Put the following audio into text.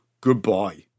goodbye